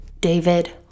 David